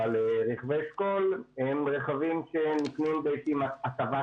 אבל רכבי אשכול הם רכבים שנקנו באיזושהי הטבת